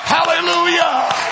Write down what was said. Hallelujah